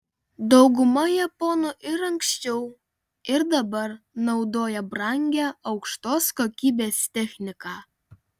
dauguma japonų ir anksčiau ir dabar naudoja brangią aukštos kokybės techniką